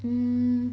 um